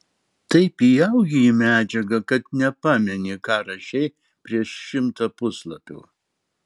taip įaugi į medžiagą kad nepameni ką rašei prieš šimtą puslapių